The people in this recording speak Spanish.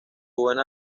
buena